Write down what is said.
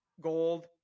gold